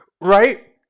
right